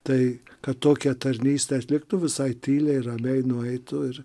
tai kad tokią tarnystę atliktų visai tyliai ramiai nueitų ir